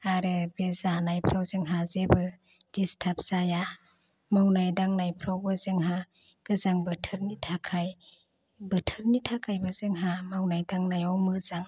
आरो बे जानायफ्राव जोंहा जेबो दिस्थाब जाया मावनाय दांनायफ्रावबो जोंहा गोजां बोथोरनि थाखाइ बोथोरनि थाखाइबो जोंहा मावनाय दांनायाव मोजां